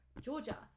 Georgia